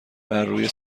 بروی